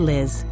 Liz